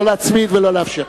לא להצמיד ולא לאפשר.